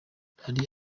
hari